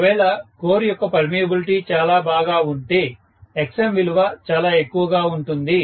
ఒకవేళ కోర్ యొక్క పర్మియబిలిటీ చాలా బాగా ఉంటే Xm విలువ చాలా ఎక్కువ గా ఉంటుంది